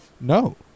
No